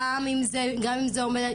גם אם זה אומר,